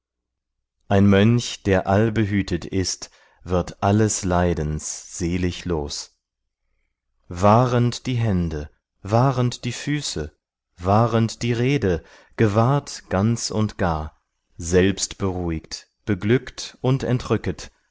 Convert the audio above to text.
ein mönch der allbehütet ist wird alles leidens selig los wahrend die hände wahrend die füße wahrend die rede gewahrt ganz und gar selbst beruhigt beglückt und entrücket